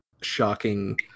shocking